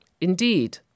Indeed